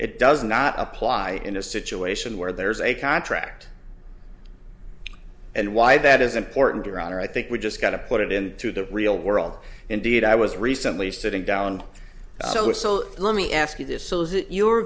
it does not apply in a situation where there is a contract and why that is important around here i think we just got to put it in to the real world indeed i was recently sitting down so so let me ask you this